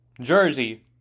jersey